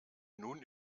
nun